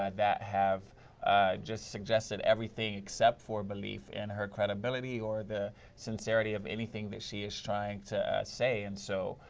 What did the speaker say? ah that have just suggested everything except for a belief in her credibility or the sincerity of anything that she is trying to say. and so,